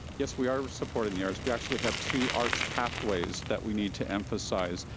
yes, we are supporting the arts. we actually have two arts pathways that we need to emphasize.